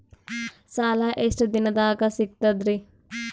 ಸಾಲಾ ಎಷ್ಟ ದಿಂನದಾಗ ಸಿಗ್ತದ್ರಿ?